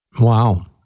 Wow